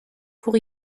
pour